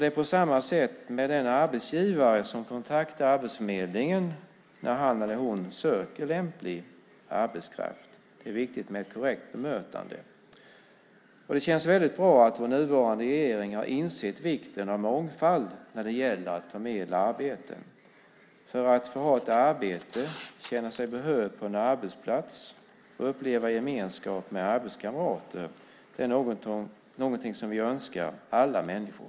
Det är på samma sätt med den arbetsgivare som kontaktar Arbetsförmedlingen när han eller hon söker lämplig arbetskraft. Det är viktigt med korrekt bemötande. Det känns väldigt bra att vår nuvarande regering har insett vikten av mångfald när det gäller att förmedla arbeten. Att få ha ett arbete, känna sig behövd på en arbetsplats och uppleva gemenskap med arbetskamrater är någonting som vi önskar alla människor.